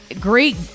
Great